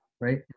right